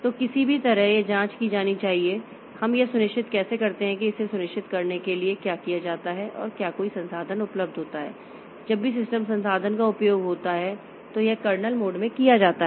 तो किसी भी तरह यह जाँच की जानी चाहिए हम यह सुनिश्चित कैसे करते हैं कि इसे सुनिश्चित करने के लिए क्या किया जाता है जब भी कोई संसाधन उपलब्ध होता है जब भी सिस्टम संसाधन का उपयोग होता है तो यह कर्नेल मोड में किया जाता है